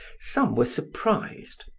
some were surprised,